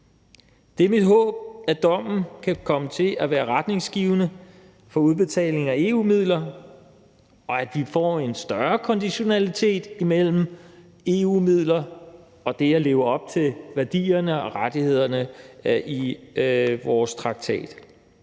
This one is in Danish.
Det er mit håb, at dommen kan komme til at være retningsgivende for udbetaling af EU-midler, og at vi får en større konditionalitet imellem EU-midler og det at leve op til værdierne og rettighederne i vores traktat.